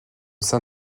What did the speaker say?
sein